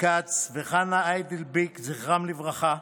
וחנה איידילביק, זכרם לברכה,